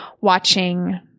watching